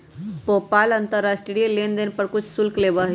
PayPal अंतर्राष्ट्रीय लेनदेन पर कुछ शुल्क लेबा हई